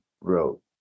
wrote